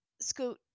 scoot